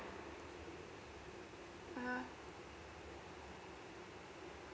ah ha